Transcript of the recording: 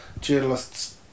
journalists